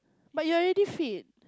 but you are already fit